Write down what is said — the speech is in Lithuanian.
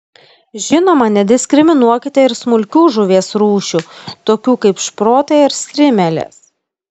žinoma nediskriminuokite ir smulkių žuvies rūšių tokių kaip šprotai ar strimelės